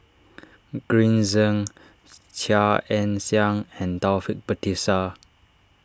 Green Zeng Chia Ann Siang and Taufik Batisah